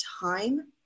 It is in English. time